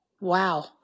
Wow